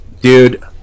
Dude